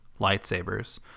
lightsabers